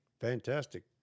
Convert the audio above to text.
fantastic